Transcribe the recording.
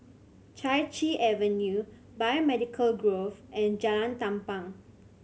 Chai Chee Avenue Biomedical Grove and Jalan Tampang